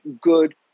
good